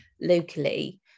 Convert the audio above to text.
locally